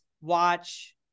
watch